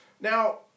Now